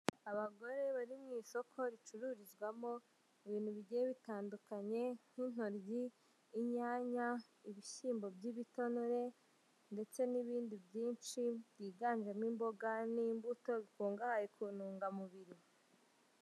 Abagore bari mu isoko ricururizwamo ibintu bigiye bitandukanye nk'intoryi, inyanya, ibishyimbo by'ibitanore ndetse n'ibindi byinshi byiganjemo imboga n'imbuto bikungahaye ku ntungamubiri.